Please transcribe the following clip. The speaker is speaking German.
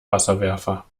wasserwerfer